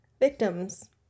victims